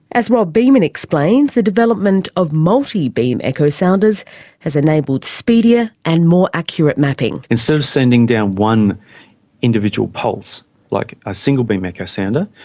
as rob beaman explains, the development of multi-beam echo sounders has enabled speedier and more accurate mapping. instead of sending down one individual pulse like a single-beam echo sounder,